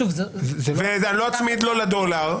אני לא אצמיד לו לדולר,